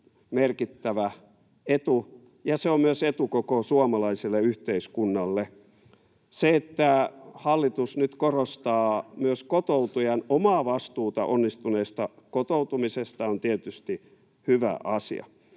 merkittävä etu, ja se on myös etu koko suomalaiselle yhteiskunnalle. Se, että hallitus nyt korostaa myös kotoutujan omaa vastuuta onnistuneesta kotoutumisesta, on tietysti hyvä asia.